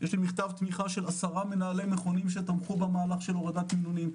יש לי מכתב תמיכה של עשרה מנהלי מכונים שתמכו במהלך של הורדת מינונים.